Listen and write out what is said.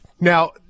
Now